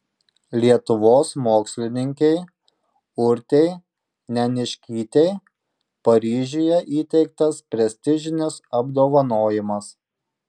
lietuvos mokslininkei urtei neniškytei paryžiuje įteiktas prestižinis apdovanojimas